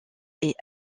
est